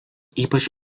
ypač